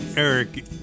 Eric